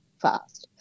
fast